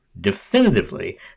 definitively